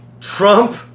Trump